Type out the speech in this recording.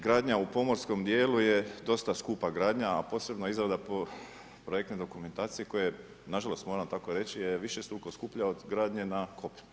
Gradnja u pomorskom djelu je dosta skupa gradnja a posebno izrada po projektnoj dokumentaciji koja je, nažalost moram tako reći višestruko skuplja od gradnje na kopnu.